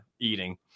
eating